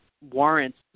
warrants